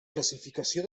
classificació